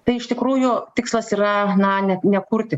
tai iš tikrųjų tikslas yra na ne nekurti